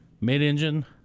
mid-engine